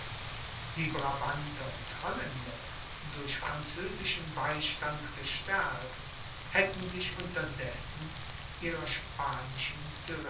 die brabanter und holländer durch französischen beistand gestärkt hätten sich unterdessen ihrer spanischen